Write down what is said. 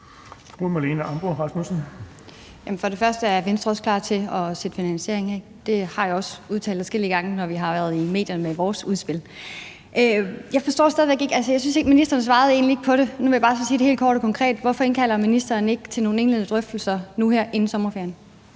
er Venstre også klar til at afsætte penge til finansiering af det. Det har jeg også udtalt adskillige gange, når vi har været i medierne med vores udspil. For det andet forstår jeg det stadig væk ikke – altså, jeg synes egentlig ikke, ministeren svarede mig. Nu vil så bare sige det helt kort og konkret: Hvorfor indkalder ministeren ikke til nogle indledende drøftelser nu her inden sommerferien?